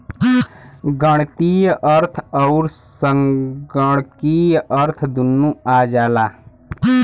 गणीतीय अर्थ अउर संगणकीय अर्थ दुन्नो आ जाला